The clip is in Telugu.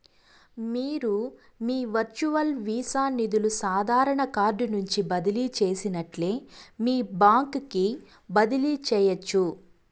మీరు మీ వర్చువల్ వీసా నిదులు సాదారన కార్డు నుంచి బదిలీ చేసినట్లే మీ బాంక్ కి బదిలీ చేయచ్చు